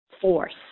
force